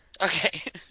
Okay